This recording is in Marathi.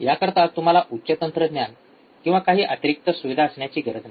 याकरीता तुम्हाला उच्च तंत्रज्ञान किंवा काही अतिरिक्त सुविधा असण्याची गरज नाही